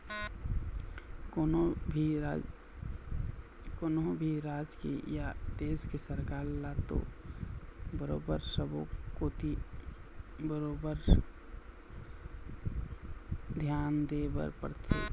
कोनो भी राज के या देश के सरकार ल तो बरोबर सब्बो कोती बरोबर धियान देय बर परथे